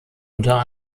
unter